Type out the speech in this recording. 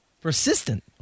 Persistent